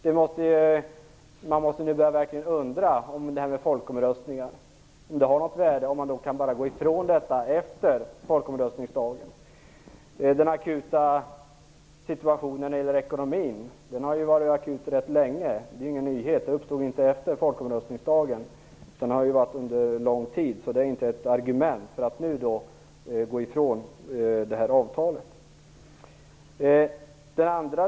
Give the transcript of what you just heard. Vi måste verkligen börja undra om folkomröstningar har något värde, när man bara kan gå ifrån resultatet efter folkomröstningsdagen. Situationen i ekonomin har varit akut rätt länge - den är ingen nyhet och uppstod inte efter folkomröstningsdagen. Det är inte ett argument för att nu gå ifrån avtalet.